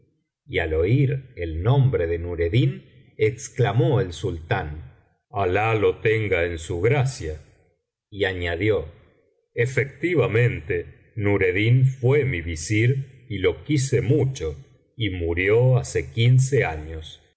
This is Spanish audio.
y al oir el nombre de nureddin exclamó el sultán alah lo tenga en su gracia y añadió efectivamente nureddin fué mi visir y lo quise mucho y murió hace quince anos